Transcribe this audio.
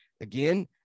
again